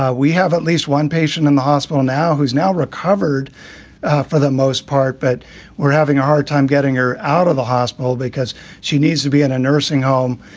ah we have at least one patient in the hospital now who's now recovered for the most part. but we're having a hard time getting her out of the hospital because she needs to be in a nursing home.